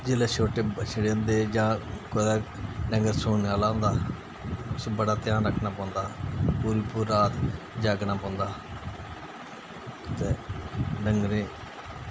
जेल्लै छोटे बछड़े होंदे जां कुतै डंगर सूनें आह्ला होंदा उसी बड़ा ध्यान रक्खना पौंदा पूरी पूरी रात जागना पौंदा ते डंगरें